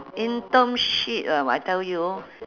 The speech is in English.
internship ah I tell you